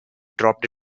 dropped